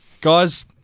guys